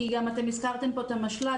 כי גם הזכרתם פה את המשל"ט.